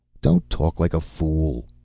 don't talk like a fool,